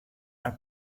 are